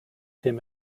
him